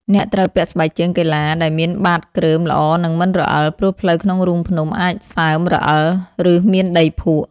អ្នកត្រូវពាក់ស្បែកជើងកីឡា ដែលមានបាតគ្រើមល្អនិងមិនរអិល ព្រោះផ្លូវក្នុងរូងភ្នំអាចសើម រអិល ឬមានដីភក់។